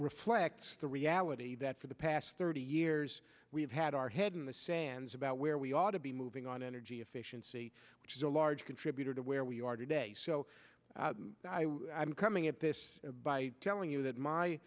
reflects the reality that for the past thirty years we've had our head in the sands about where we ought to be moving on energy efficiency which is a large contributor to where we are today so i'm coming at this by telling you that my